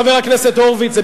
חבר הכנסת הורוביץ,